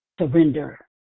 surrender